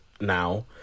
now